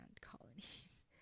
colonies